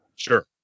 Sure